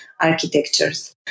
architectures